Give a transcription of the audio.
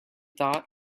thought